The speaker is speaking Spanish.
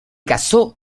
casó